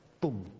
Boom